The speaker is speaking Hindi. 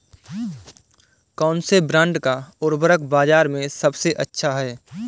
कौनसे ब्रांड का उर्वरक बाज़ार में सबसे अच्छा हैं?